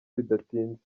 bidatinze